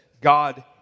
God